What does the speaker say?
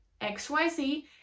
XYZ